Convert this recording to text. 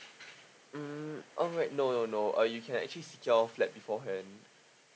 mm alright no no no uh you can actually secure flat beforehand